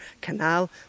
canal